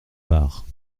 barre